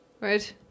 Right